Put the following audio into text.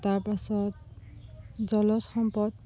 তাৰপাছত জলজ সম্পদ